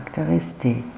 characteristics